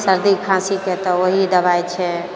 सर्दी खाँसीके तऽ वही दवाइ छै